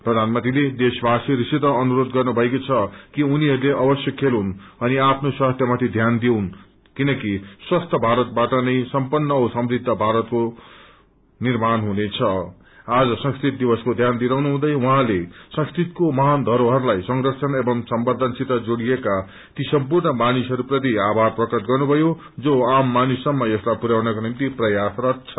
प्रधानमंत्रीले देशवासीहरूसित अनुसरोध गर्नु भएको छ कि उनीहरूले अवश्य खेलून् अनि आफ्नो स्वास्थ्य मागि ध्यान दिन् किनकि स्वस्थ्य भारतबाट नै सम्पन्न औ समृद्ध भारताके निर्माण हुनेछंआज संस्कृत दविसको ध्यासन दिलाउनु हुँदै उहँले संस्कृसतको महान धरोहरलाइ संरक्षण एवं सम्वर्छन सित जोड़िएका ती सम्पूर्ण मानिसहरूप्रति आभार प्रकट गर्नुभयो जो आम मानिसहसम्म यसलाई पुरयाउनको निम्ति प्रयासरत छन्